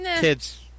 kids